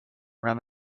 around